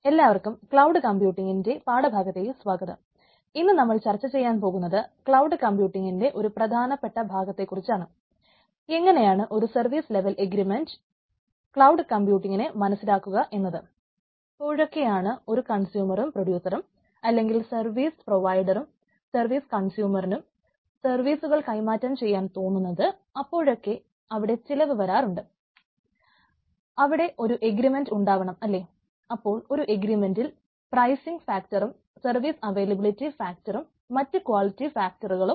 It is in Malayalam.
എല്ലാവർക്കും ക്ലൌഡ് കമ്പ്യൂട്ടിംഗിന്റെ ഉണ്ടാവാറുണ്ട്